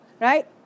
right